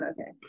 okay